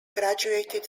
graduated